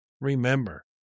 Remember